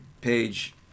page